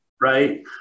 right